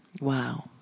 Wow